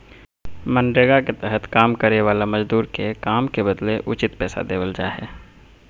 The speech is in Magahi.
मनरेगा के तहत काम करे वाला मजदूर के काम के बदले उचित पैसा देवल जा हय